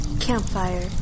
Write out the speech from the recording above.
Campfire